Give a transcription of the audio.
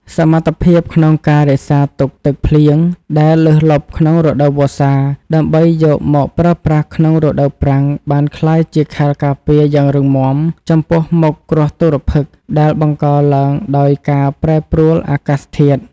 សមត្ថភាពក្នុងការរក្សាទុកទឹកភ្លៀងដែលលើសលប់ក្នុងរដូវវស្សា ដើម្បីយកមកប្រើប្រាស់ក្នុងរដូវប្រាំង បានក្លាយជាខែលការពារយ៉ាងរឹងមាំចំពោះមុខគ្រោះទុរភិក្សដែលបង្កឡើងដោយការប្រែប្រួលអាកាសធាតុ។